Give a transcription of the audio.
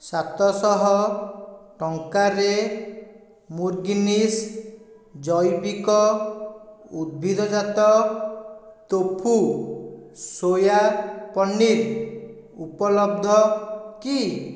ସାତ ଶହ ଟଙ୍କାରେ ମୁରଗୀନ୍ସ୍ ଜୈବିକ ଉଦ୍ଭିଦଜାତ ତୋଫୁ ସୋୟା ପନିର୍ ଉପଲବ୍ଧ କି